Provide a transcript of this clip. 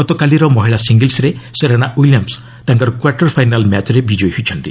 ଗତକାଲିର ମହିଳା ସିଙ୍ଗଲ୍ସରେ ସେରେନା ୱିଲିୟମ୍ବ ତାଙ୍କର କ୍ୱାର୍ଟର ଫାଇନାଲ ମ୍ୟାଚ୍ରେ ବିଜୟୀ ହୋଇଛନ୍ତି